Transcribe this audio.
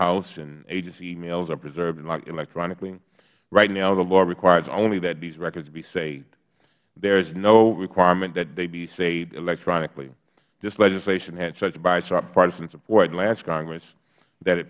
house and agency emails are preserved electronically right now the law requires only that these records be saved there is no requirement that they be saved electronically this legislation had such bipartisan support last congress that it